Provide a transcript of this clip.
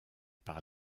par